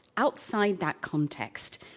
outside that context,